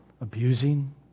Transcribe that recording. abusing